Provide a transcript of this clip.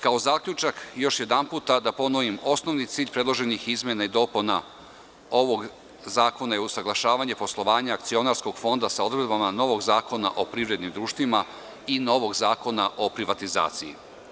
Kao zaključak još jedanput da ponovim osnovni cilj predloženih izmena i dopuna ovog zakona i usaglašavanje poslovanja Akcionarskog fonda sa odredbama novog Zakona o privrednim društvima i novog Zakona o privatizaciji.